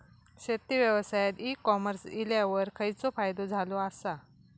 शेती व्यवसायात e commerce इल्यावर खयचो फायदो झालो आसा?